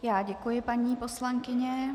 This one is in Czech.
Já děkuji, paní poslankyně.